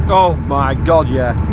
oh my god, yeah.